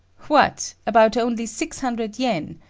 what! about only six hundred yen!